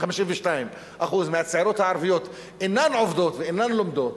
52% מהצעירות הערביות אינן עובדות ואינן לומדות.